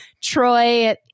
Troy